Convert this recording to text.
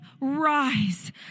rise